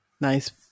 Nice